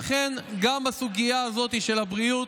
לכן גם בסוגיה הזאת של הבריאות,